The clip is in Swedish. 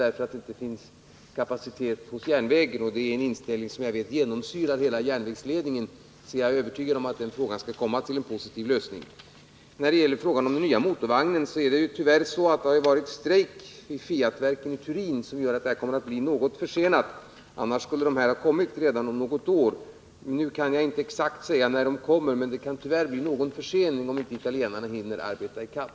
Jag vet att det är en inställning som genomsyrar hela järnvägsledningen, och jag är övertygad om att frågan kommer att få en positiv lösning. När det gäller frågan om den nya motorvagnen är det tyvärr så att det har varit strejk på Fiatverken i Turin. Därför har beställningen blivit något försenad, annars skulle vagnarna ha kommit om något år. För dagen kan jag inte säga när de kommer. Det kan tyvärr bli en försening om inte italienarna hinner arbeta ikapp.